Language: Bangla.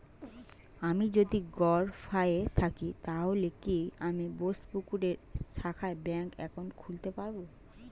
আমি যদি গরফায়ে থাকি তাহলে কি আমি বোসপুকুরের শাখায় ব্যঙ্ক একাউন্ট খুলতে পারবো?